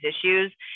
issues